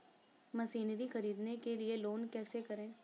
Machinery ख़रीदने के लिए लोन कैसे करें?